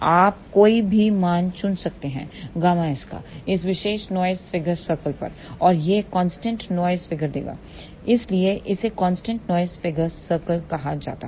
आप कोई भी मान चुन सकते हैं ΓS का इस विशेष नॉइज़ फिगर सर्कल पर और यह कांस्टेंट नॉइज़ फिगर देगा इसीलिए इसे कांस्टेंट नॉइस फिगर सर्किल कहा जाता है